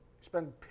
spend